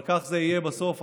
אבל כך זה יהיה בסוף.